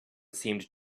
seemed